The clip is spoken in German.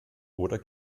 oder